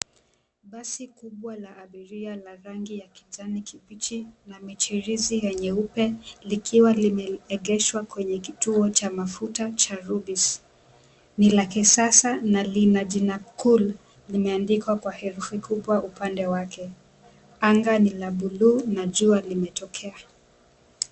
Basi kubwa la abiria la rangi ya kijani kibichi na michirizi nyeupe likiwa limeegeshwa kwenye kituo cha mafuta cha Rubis. Ni la kisasa na lina jina COOL limeandikwa kwa herufi kubwa upande wake. Anga ni la buluu na jua limetokea.